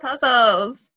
puzzles